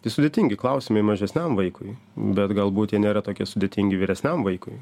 tai sudėtingi klausimai mažesniam vaikui bet galbūt jie nėra tokie sudėtingi vyresniam vaikui